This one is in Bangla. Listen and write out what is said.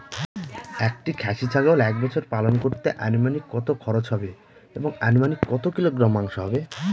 একটি খাসি ছাগল এক বছর পালন করতে অনুমানিক কত খরচ হবে এবং অনুমানিক কত কিলোগ্রাম মাংস হবে?